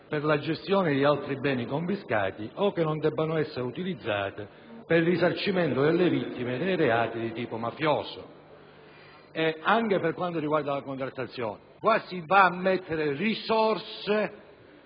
per la gestione di altri beni confiscati o che non debbano essere utilizzate per il risarcimento delle vittime dei reati di tipo mafioso. Anche per quanto riguarda la contrattazione, qui si vanno a mettere risorse